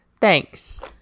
Thanks